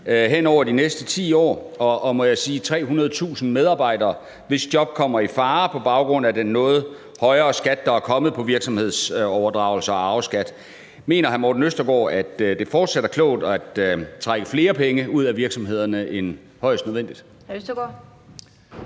henover de næste 10 år, og de 300.000 medarbejdere, hvis job kommer i fare på baggrund af den noget højere skat, der er kommet på virksomhedsoverdragelser og arveskat. Mener hr. Morten Østergaard, at det fortsat er klogt at trække flere penge ud af virksomhederne end højst nødvendigt?